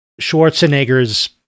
Schwarzenegger's